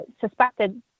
suspected